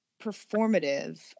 performative